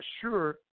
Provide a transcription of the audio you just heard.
sure